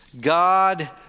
God